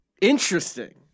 interesting